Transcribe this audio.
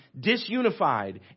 disunified